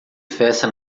festa